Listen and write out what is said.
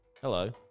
Hello